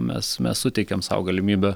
mes mes suteikiam sau galimybę